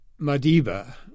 Madiba